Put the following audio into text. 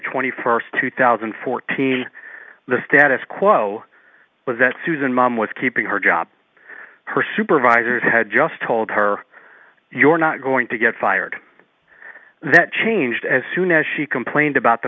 twenty first two thousand and fourteen the status quo was that susan mom was keeping her job her supervisors had just told her you're not going to get fired that changed as soon as she complained about the